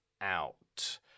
out